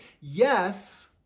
Yes